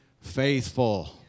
faithful